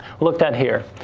looked at here.